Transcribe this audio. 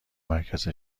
مرکز